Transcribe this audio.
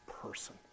person